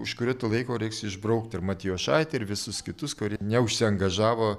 už kurio to laiko reiks išbraukt ir matijošaitį ir visus kitus kurie neužsiangažavo